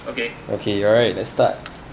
okay alright let's start